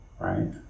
right